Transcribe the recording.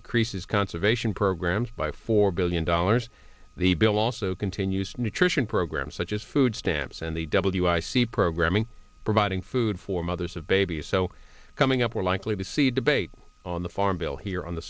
increases conservation programs by four billion dollars the bill also continues nutrition programs such as food stamps and the w i see programming providing food for mothers of babies so coming up we're likely to see debate on the farm bill here on the